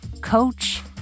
coach